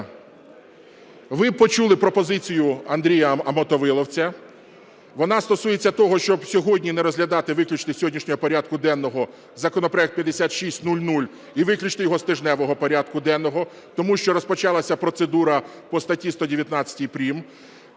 ви почули пропозицію Андрія Мотовиловця. Вона стосується того, щоб сьогодні не розглядати, виключити з сьогоднішнього порядку денного законопроект 5600 і виключити його з тижневого порядку денного, тому що розпочалася процедура по статті 119 прим.